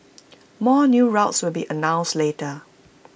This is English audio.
more new routes will be announced later